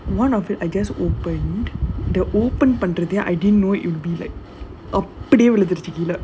one of it I just opened the open பண்றது:pandrathu I didn't know it would be like அப்டியே பிடிச்சிடிருக்கும்:apdiyae pidichirukum